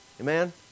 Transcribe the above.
Amen